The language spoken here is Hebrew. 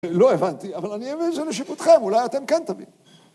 ‫לא הבנתי, אבל אני אבין, ‫זה לשיפוטכם, אולי אתם כן תבין.